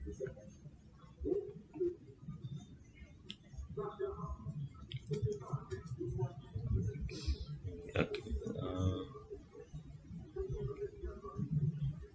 uh uh